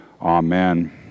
Amen